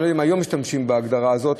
אני לא יודע אם היום משתמשים בהגדרה הזאת,